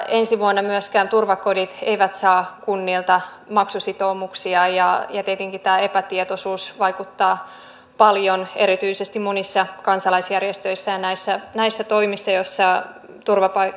ensi vuonna myöskään turvakodit eivät saa kunnilta maksusitoumuksia ja tietenkin tämä epätietoisuus vaikuttaa paljon erityisesti monissa kansalaisjärjestöissä ja näissä toimissa ja saa turvapaikan